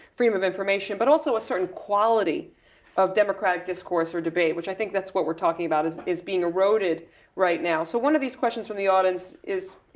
freedom of information, but also a certain quality of democratic discourse or debate, which i think that's what we're talking about, is is being eroded right now. so one of these questions from the audience is,